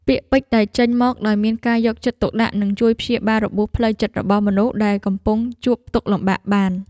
ពាក្យពេចន៍ដែលចេញមកដោយមានការយកចិត្តទុកដាក់នឹងជួយព្យាបាលរបួសផ្លូវចិត្តរបស់មនុស្សដែលកំពុងជួបទុក្ខលំបាកបាន។